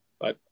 Bye